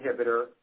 inhibitor